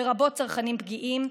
לרבות צרכנים פגיעים,